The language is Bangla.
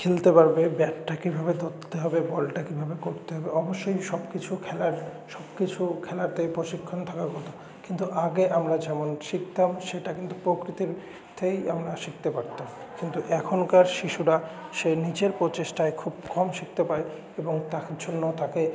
খেলতে পারবে ব্যাটটা কীভাবে ধরতে হবে বলটা কীভাবে করতে হবে অবশ্যই সব কিছু খেলার সব কিছু খেলাতেই প্রশিক্ষণ থাকার কথা কিন্তু আগে আমরা যেমন শিখতাম সেটা কিন্তু প্রকৃত অর্থেই আমরা শিখতে পারতাম কিন্তু এখনকার শিশুরা সে নিজের প্রচেষ্টায় খুব কম শিখতে পায় এবং তার জন্য তাকে